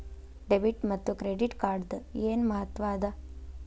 Debit ಮತ್ತ credit ಕಾರ್ಡದ್ ಏನ್ ಮಹತ್ವ ಅದ?